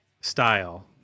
style